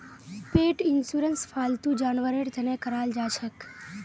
पेट insurance फालतू जानवरेर तने कराल जाछेक